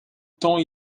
temps